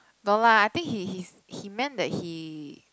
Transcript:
no lah I think he he's he meant that he